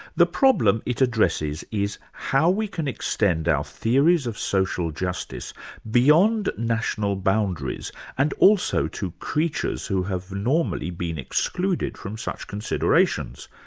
the problem it addresses is how we can extend our theories of social justice beyond national boundaries and also to creatures who have normally been excluded from such considerations,